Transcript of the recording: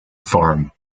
farm